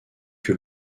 que